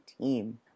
team